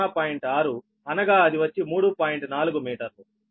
6 అనగా అది వచ్చి 3